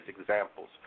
examples